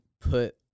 put